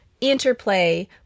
interplay